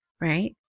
right